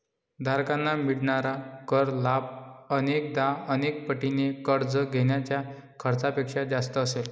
धारकांना मिळणारा कर लाभ अनेकदा अनेक पटीने कर्ज घेण्याच्या खर्चापेक्षा जास्त असेल